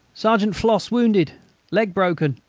sergeant flosse wounded leg broken.